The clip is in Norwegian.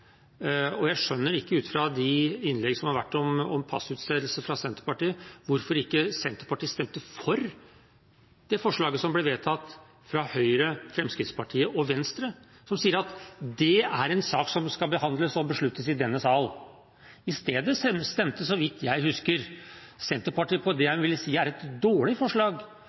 nærpolitireformen. Jeg skjønner ikke, ut fra de innlegg som har vært fra Senterpartiet om passutstedelse, hvorfor Senterpartiet ikke stemte for det forslaget fra Høyre, Fremskrittspartiet og Venstre som ble vedtatt, som sier at dette er en sak som skal behandles og besluttes i denne sal. I stedet stemte Senterpartiet – så vidt jeg husker – på det jeg vil si er et dårlig forslag,